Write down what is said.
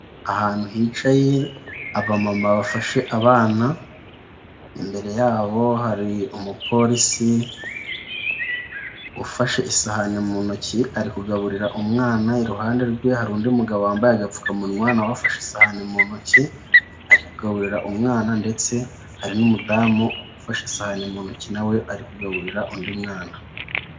Ahantu hicaye aba mama bafashe abana imbere yabo hari umuporisi ufashe isahani mu ntoki ari kugaburira umwana iruhande rwe hari undi mugabo wambaye agapfukamunwa wafashe isahani mu ntoki ari kugaburira umwana ndetse hari n'umudamu ufashe isahani mu ntoki nawe ari kugaburira undi mwana.